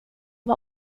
var